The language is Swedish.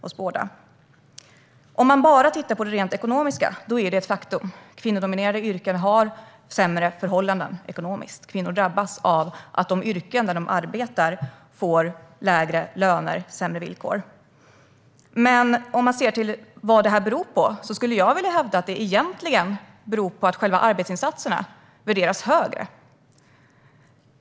Om man bara tittar på det rent ekonomiska ser man att det är ett faktum - kvinnodominerade yrken har sämre förhållanden ekonomiskt. Kvinnor drabbas av att de yrken där de arbetar har lägre löner och sämre villkor. Men när det gäller vad detta beror på skulle jag vilja hävda att det egentligen beror på att själva arbetsinsatserna värderas högre.